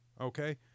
okay